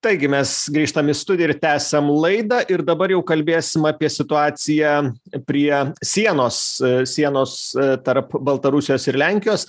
taigi mes grįžtam į studiją ir tęsiam laidą ir dabar jau kalbėsim apie situaciją prie sienos sienos tarp baltarusijos ir lenkijos